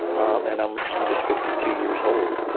um and i'm i'm just fifty two years old.